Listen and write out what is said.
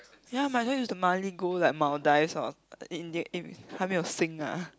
ya my dad used the mile go like Maldives or india 还没有行 ah